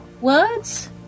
words